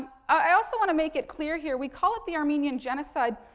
i also want to make it clear here, we call it the armenian genocide,